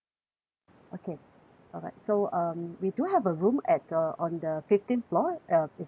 okay alright so um we do have a room at the on the fifteenth floor uh is that good for you